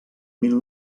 mil